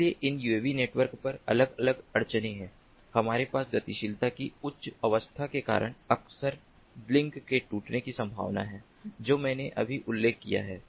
इसलिए इन UAV network पर अलग अलग अड़चनें हैं हमारे पास गतिशीलता की उच्च अवस्था के कारण अक्सर लिंक के टूटने की संभावना है जो मैंने अभी उल्लेख किया है